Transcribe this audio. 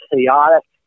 chaotic